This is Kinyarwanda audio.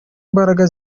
mbaraga